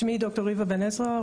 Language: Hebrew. שמי ד"ר ריבה בן עזרא,